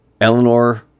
Eleanor